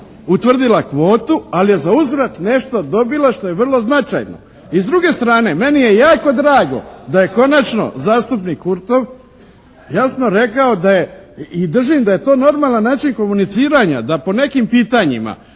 utvrdila kvotu, ali je za uzvrat nešto dobila što je vrlo značajno i s druge strane meni je jako drago da je konačno zastupnik Kurtov jasno rekao i držim da je to normalan način komuniciranja da po nekim pitanjima